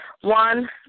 One